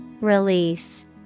Release